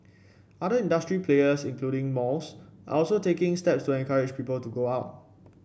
other industry players including malls are also taking steps to encourage people to go out